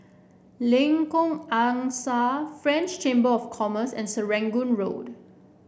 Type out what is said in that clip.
Lengkok Angsa French Chamber of Commerce and Serangoon Road